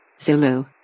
Zulu